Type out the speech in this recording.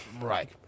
Right